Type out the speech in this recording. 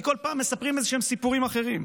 כי כל פעם מספרים איזשהם סיפורים אחרים.